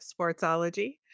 Sportsology